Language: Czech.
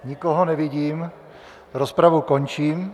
Nikoho nevidím, rozpravu končím.